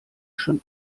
schon